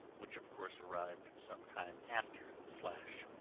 which of course arrived some time after the flash.